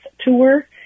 Tour